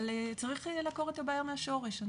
אבל צריך לעקור את הבעיה מהשורש.